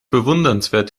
bewundernswert